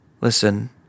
Listen